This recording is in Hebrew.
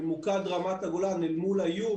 ממוקד רמת הגולן אל מול האיום,